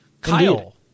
Kyle